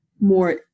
more